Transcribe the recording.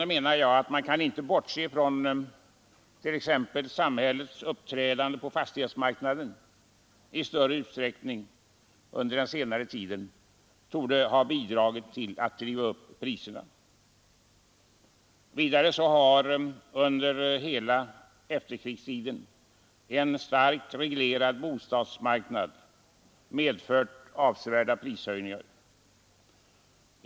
Jag menar att man inte kan bortse från att samhällets uppträdande på fastighetsmarknaden under den senare tiden i stor utsträckning har bidragit till att driva upp priserna. Vidare har den under hela efterkrigstiden starkt reglerade bostadsmarknaden medfört avsevärda prishöjningar.